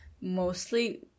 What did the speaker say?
mostly